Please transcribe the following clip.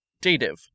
Dative